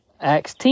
Acts